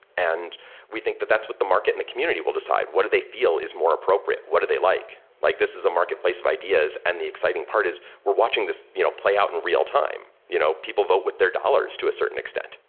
and we think that that's what the market and the community will decide. what do they feel is more appropriate? what do they like? like this is a marketplace of ideas and the exciting part is we're watching this you know play out in real-time. you know people vote with their dollars to a certain extent.